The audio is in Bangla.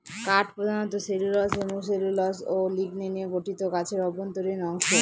কাঠ প্রধানত সেলুলোস হেমিসেলুলোস ও লিগনিনে গঠিত গাছের অভ্যন্তরীণ অংশ